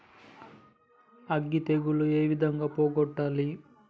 అగ్గి తెగులు ఏ విధంగా పోగొట్టాలి?